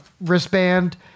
wristband